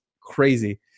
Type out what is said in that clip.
crazy